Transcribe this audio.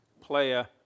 player